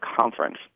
conference